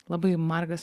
labai margas